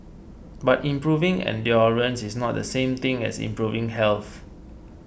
but improving endurance is not the same thing as improving health